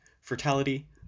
fertility